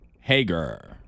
Hager